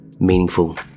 meaningful